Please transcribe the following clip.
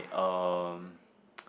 um